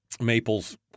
Maples